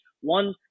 One